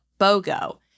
BOGO